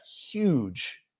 huge